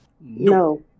No